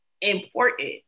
important